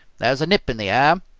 there is a nip in the air,